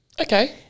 Okay